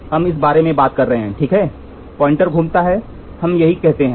तो हम इस बारे में बात कर रहे हैं ठीक है पॉइंटर घूमता है हम यही कहते हैं